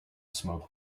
smoke